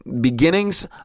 beginnings